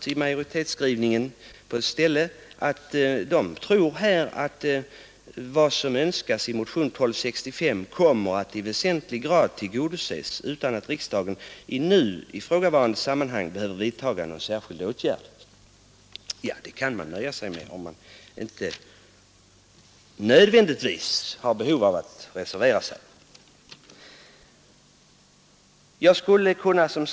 I majoritetsskrivningen sägs att man tror att vad som önskas i motionen 1265 ”kommer att i väsentlig grad tillgodoses utan att riksdagen i nu ifrågavarande sammanhang behöver vidtaga någon särskild åtgärd”. Detta kan man ju n sig med, om man inte nödvändigtvis har behov av att reservera sig för reservationens egen skull.